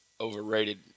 overrated